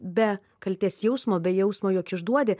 be kaltės jausmo be jausmo jog išduodi